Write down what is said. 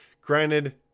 Granted